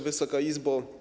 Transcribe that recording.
Wysoka Izbo!